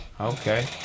Okay